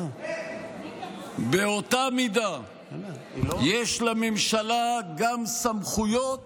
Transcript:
באותה מידה יש לממשלה גם סמכויות